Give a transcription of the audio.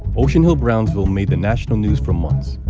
ocean hill-brownsville made the national news for months,